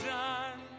done